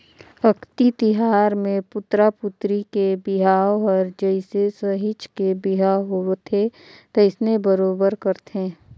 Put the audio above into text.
अक्ती तिहार मे पुतरा पुतरी के बिहाव हर जइसे सहिंच के बिहा होवथे तइसने बरोबर करथे